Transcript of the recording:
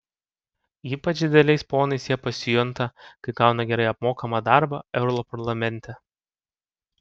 ypač dideliais ponais jie pasijunta kai gauna gerai apmokamą darbą europarlamente